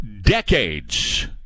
decades